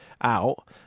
out